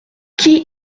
qui